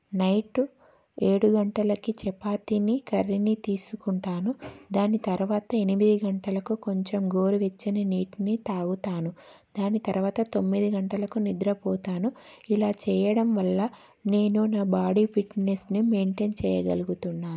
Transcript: night ఏడు గంటలకి చపాతీని కర్రీని తీసుకుంటాను దాని తర్వాత ఎనిమిది గంటలకు కొంచెం గోరువెచ్చని నీటిని తాగుతాను దాని తర్వాత తొమ్మిది గంటలకు నిద్రపోతాను ఇలా చేయడం వల్ల నేను నా బాడి ఫిట్నెస్ని మెయింటెన్ చేయగలుగుతున్నాను